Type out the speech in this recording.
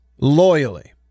loyally